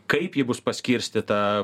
kaip ji bus paskirstyta